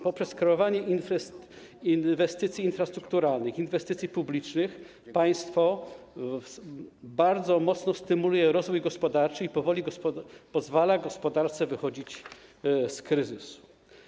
Poprzez kreowanie inwestycji infrastrukturalnych, inwestycji publicznych państwo bardzo mocno stymuluje rozwój gospodarczy i pozwala gospodarce wychodzić powoli z kryzysu.